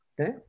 Okay